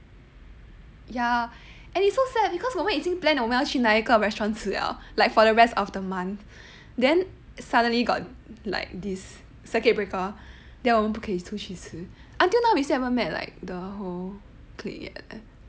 ya and it's so sad because 我们已经 plan 要去哪一个 restaurants 吃了 like for the rest of the month then suddenly got like this circuit breaker the 我们不可以出去吃 until now we still haven't met like the whole clique yet leh